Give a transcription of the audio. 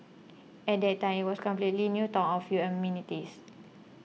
at that time it was a completely new town of a few amenities